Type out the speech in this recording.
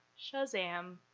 Shazam